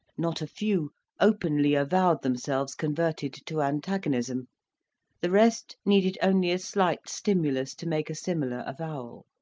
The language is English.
not a few openly avowed themselves converted to antagonism the rest needed only a slight stimulus to make a similar avowal.